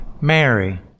Mary